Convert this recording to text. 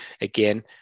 again